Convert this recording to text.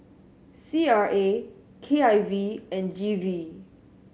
C R A K I V and G V